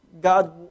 God